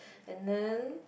and then